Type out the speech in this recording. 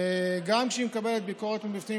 גם כשהיא מקבלת ביקורת מבפנים,